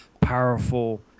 powerful